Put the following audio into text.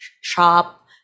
shop